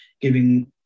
giving